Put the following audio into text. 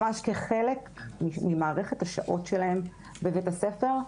ממש כחלק ממערכת השעות שלהם בבית-הספר.